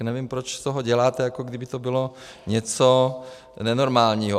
Nevím, proč z toho děláte, jako kdyby to bylo něco nenormálního.